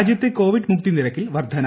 രാജ്യത്തെ കോവിഡ് മുക്തിനിരക്കിൽ വർദ്ധന